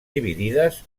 dividides